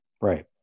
Right